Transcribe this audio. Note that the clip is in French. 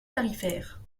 tarifaires